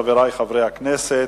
חברי חברי הכנסת,